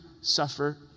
suffer